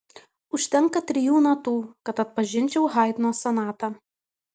užtenka trijų natų kad atpažinčiau haidno sonatą